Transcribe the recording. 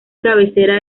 cabecera